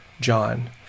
John